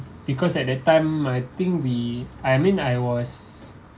because at that time I think we I mean I was